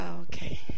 Okay